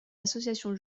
associations